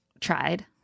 Tried